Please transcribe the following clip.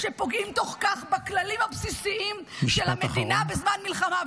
שפוגעים תוך כך בכללים הבסיסיים של המדינה בזמן מלחמה -- משפט אחרון.